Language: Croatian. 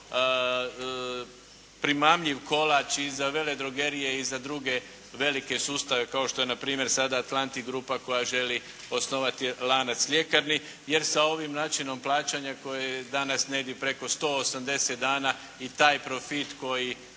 primamljiv kolač i za veledrogerije i za druge velike sustave kao što je npr. sada Atlantik grupa koja želi osnovati lanac ljekarni jer sa ovim načinom plaćanja koji je danas negdje preko 180 dana i taj profit koji